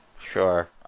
Sure